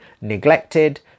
neglected